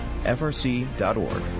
frc.org